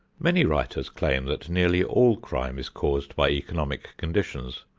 many writers claim that nearly all crime is caused by economic conditions,